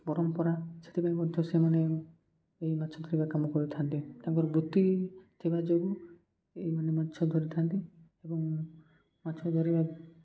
ପରମ୍ପରା ସେଥିପାଇଁ ମଧ୍ୟ ସେମାନେ ଏ ମାଛ ଧରିବା କାମ କରିଥାନ୍ତି ତାଙ୍କର ବୃତ୍ତି ଥିବା ଯୋଗୁଁ ଏମାନେ ମାଛ ଧରିଥାନ୍ତି ଏବଂ ମାଛ ଧରିବା